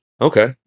Okay